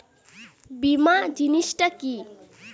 বীমা জিনিস টা কি?